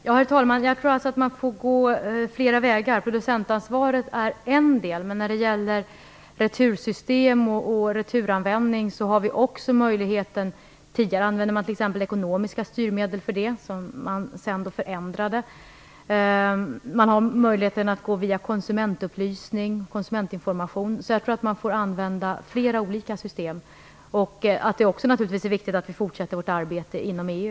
Herr talman! Jag tror att man får gå flera vägar. Producentansvaret är en del. Men när det gäller retursystem och återanvändning har vi också en möjlighet. Tidigare använde man t.ex. ekonomiska styrmedel för detta, som sedan förändrades. Vi har möjligheten att gå via konsumentupplysning och konsumentinformation. Jag tror alltså att man får använda flera olika system. Det är naturligtvis också viktigt att vi fortsätter vårt arbete inom EU.